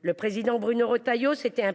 Le président Bruno Retailleau s’était